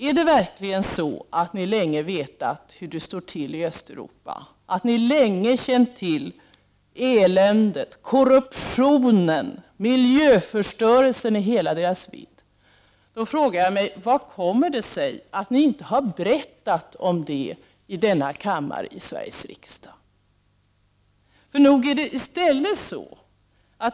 Är det verkligen så att ni länge har vetat hur det står till i Östeuropa, att ni länge känt till eländet, korruptionen och miljöförstörelsen i hela deras vidd, hur kommer det sig då att ni inte har berättat om det i Sveriges riksdag?